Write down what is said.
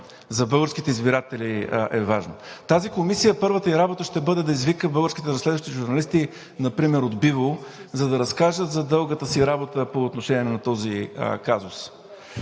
за българските избиратели. Първата работа на тази комисия ще бъде да извика българските разследващи журналисти, например от „Биволъ“, за да разкажат за дългата си работа по отношение на този казус.